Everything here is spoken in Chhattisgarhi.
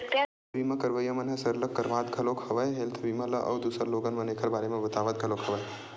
हेल्थ बीमा करवइया मन ह सरलग करवात घलोक हवय हेल्थ बीमा ल अउ दूसर लोगन मन ल ऐखर बारे म बतावत घलोक हवय